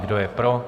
Kdo je pro?